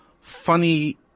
funny